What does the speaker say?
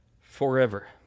Forever